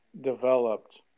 developed